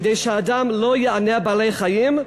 כדי שאדם לא יענה בעלי-חיים,